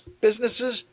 businesses